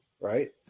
right